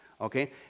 Okay